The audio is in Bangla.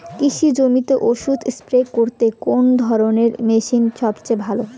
কৃষি জমিতে ওষুধ স্প্রে করতে কোন ধরণের মেশিন সবচেয়ে ভালো?